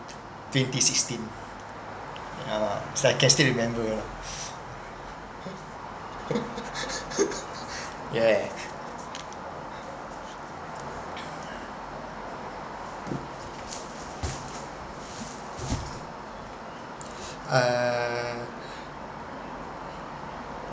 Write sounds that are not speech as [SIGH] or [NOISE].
twenty sixteen ah I can still remember lah [LAUGHS] yeah uh